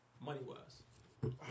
money-wise